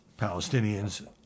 Palestinians